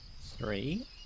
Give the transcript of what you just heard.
Three